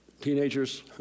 Teenagers